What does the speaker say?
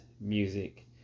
music